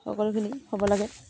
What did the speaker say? সকলোখিনি হ'ব লাগে